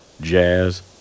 Jazz